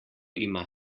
ima